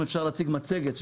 אם אפשר להציג מצגת,